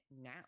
now